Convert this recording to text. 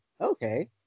okay